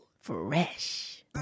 fresh